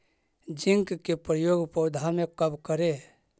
Zinc के प्रयोग पौधा मे कब करे?